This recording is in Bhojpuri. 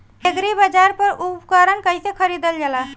एग्रीबाजार पर उपकरण कइसे खरीदल जाला?